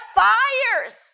fires